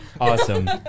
awesome